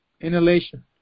inhalation